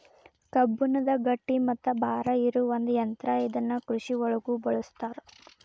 ಕಬ್ಬಣದ ಗಟ್ಟಿ ಮತ್ತ ಭಾರ ಇರು ಒಂದ ಯಂತ್ರಾ ಇದನ್ನ ಕೃಷಿ ಒಳಗು ಬಳಸ್ತಾರ